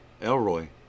Elroy